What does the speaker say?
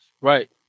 Right